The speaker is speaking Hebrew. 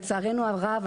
לצערנו הרב,